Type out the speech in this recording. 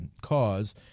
cause